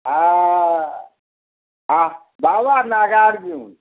आ बाबा नागार्जुन